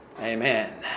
Amen